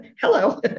hello